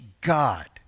God